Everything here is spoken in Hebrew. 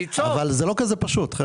אבל זה לא כל כך פשוט.